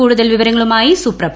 കൂടുതൽ വിവരങ്ങളുമായി സുപ്രഭ